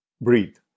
Breathe